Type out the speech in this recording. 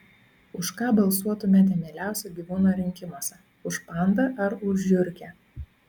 už ką balsuotumėte mieliausio gyvūno rinkimuose už pandą ar už žiurkę